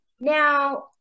now